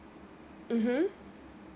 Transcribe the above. mmhmm